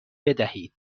بدهید